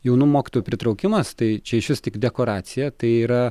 jaunų mokytojų pritraukimas tai čia išvis tik dekoracija tai yra